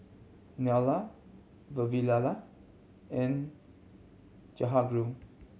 Neila Vavilala and Jehangirr